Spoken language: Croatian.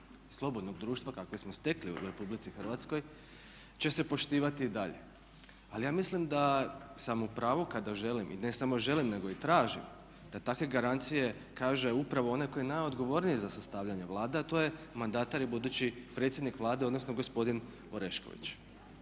slobodnog društva kakve smo stekli u RH, će se poštivati i dalje. Ali ja mislim da sam u pravu kada želim, i ne samo želim nego i tražim, da takve garancije kaže upravo onaj tko je najodgovorniji za sastavljanje Vlade, a to je mandatar i budući predsjednik Vlade odnosno gospodin Orešković.